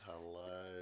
hello